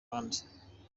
ruhande